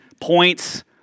points